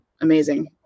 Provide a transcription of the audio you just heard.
amazing